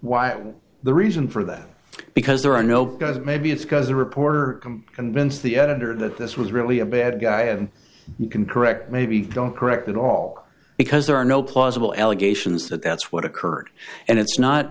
widen the reason for that because there are no because maybe it's because the reporter convinced the editor that this was really a bad guy and you can correct maybe don't correct it all because there are no plausible allegations that that's what occurred and it's not